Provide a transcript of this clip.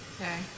Okay